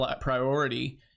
priority